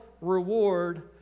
reward